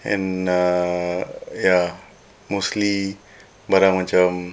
and err ya mostly barang macam